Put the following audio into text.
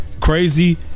crazy